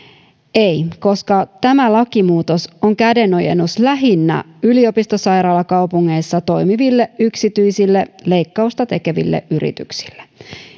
ei koska tämä lakimuutos on kädenojennus lähinnä yliopistosairaalakaupungeissa toimiville yksityisille leikkausta tekeville yrityksille